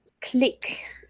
click